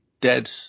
dead